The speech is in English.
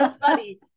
funny